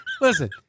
Listen